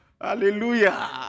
Hallelujah